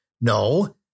No